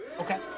Okay